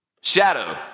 Shadow